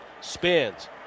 Spins